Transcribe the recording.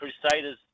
Crusaders